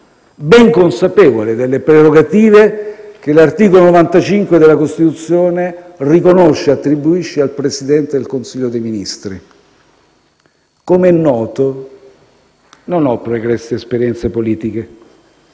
ben consapevole delle prerogative che l'articolo 95 della Costituzione riconosce e attribuisce al Presidente del Consiglio dei ministri. Com'è noto, non ho pregresse esperienze politiche.